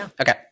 Okay